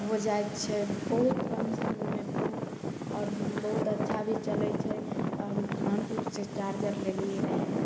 हो जाय छै बहुत कम समयमे बहुत और बहुत अच्छा भी चलय छै और खानपुर से चार्जर लेलियै रहय